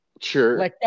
Sure